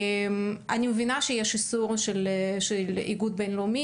אני מבינה שיש איסור של האיגוד האירופאי,